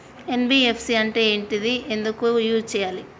NBFC అంటే ఏంటిది ఎందుకు యూజ్ చేయాలి?